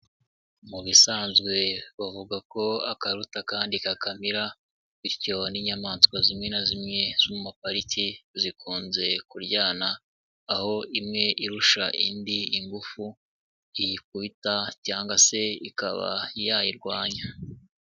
Mu bisanzwe bavuga ko akaruta akandi kakamira, bityo n'inyamaswa zimwe na zimwe zo mumapariki zikunze kuryana, aho imwe irusha indi ingufu iyikubita cyangwa se ikaba yayirwanya.